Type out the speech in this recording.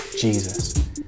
Jesus